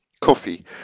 coffee